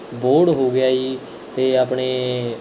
ਬੋਹੜ ਹੋ ਗਿਆ ਜੀ ਅਤੇ ਆਪਣੇ